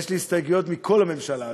יש לי הסתייגויות מכל הממשלה,